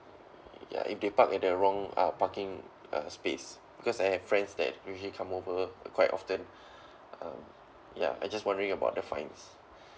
ya if they park at the wrong uh parking uh space because I have friends that usually come over quite often um ya I just wondering about the fines